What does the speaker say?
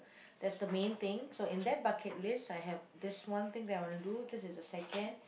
that's the main thing so in that bucket list I have this one thing that I want to do this is the second